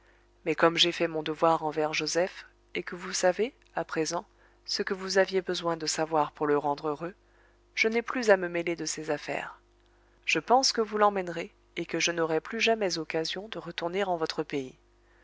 mais comme j'ai fait mon devoir envers joseph et que vous savez à présent ce que vous aviez besoin de savoir pour le rendre heureux je n'ai plus à me mêler de ses affaires je pense que vous l'emmènerez et que je n'aurai plus jamais occasion de retourner en votre pays